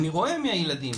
אני רואה מי הילדים,